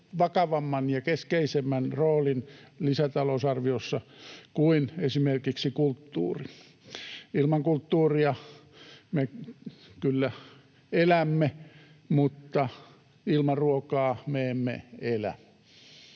vakavamman ja keskeisemmän roolin lisätalousarviossa kuin esimerkiksi kulttuuri. Ilman kulttuuria me kyllä elämme, mutta ilman ruokaa me emme elä